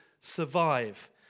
survive